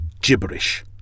gibberish